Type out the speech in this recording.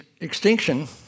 extinction